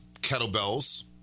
kettlebells